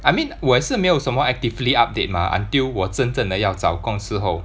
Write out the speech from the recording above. I mean 我也是没有什么 actively update mah until 我真正的要找工时候